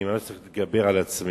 אני ממש צריך להתגבר על עצמי,